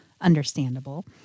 understandable